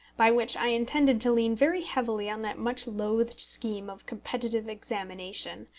by which i intended to lean very heavily on that much loathed scheme of competitive examination,